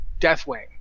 Deathwing